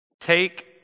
take